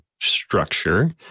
structure